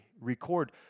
record